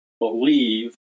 believe